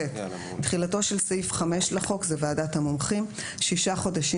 (ב) תחילתו של סעיף 5 לחוק זה שישה חודשים